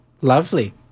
lovely